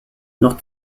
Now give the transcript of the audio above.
noch